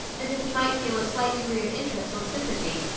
as if he might feel a slight degree of interest or sympathy,